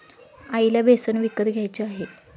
आईला बेसन विकत घ्यायचे आहे